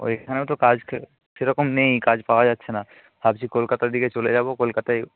ওইখানেও তো কাজ সেরকম নেই কাজ পাওয়া যাচ্ছে না ভাবছি কলকাতার দিকে চলে যাবো কলকাতায়